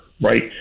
right